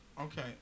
okay